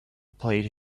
played